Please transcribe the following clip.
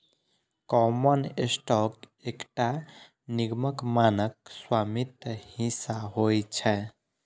common stock एकटा निगमक मानक स्वामित्व हिस्सा होइ छै